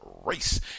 race